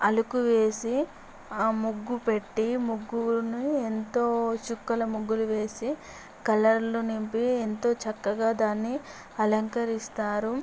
అలుకులు వేసి ఆ ముగ్గు పెట్టి ముగ్గును ఎంతో చుక్కల ముగ్గులు వేసి కలర్లు నింపి ఎంతో చక్కగా దాన్ని అలంకరిస్తారు